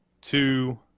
two